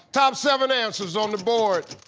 top seven answers on the board.